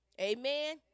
Amen